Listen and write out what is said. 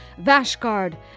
Vashgard